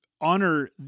honor